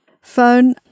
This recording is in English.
phone